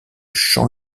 champ